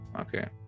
Okay